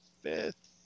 fifth